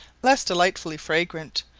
less delightfully fragrant,